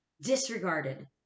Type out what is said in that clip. disregarded